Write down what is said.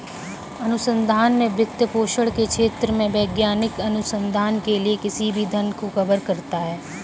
अनुसंधान वित्तपोषण के क्षेत्रों में वैज्ञानिक अनुसंधान के लिए किसी भी धन को कवर करता है